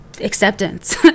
acceptance